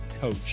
coach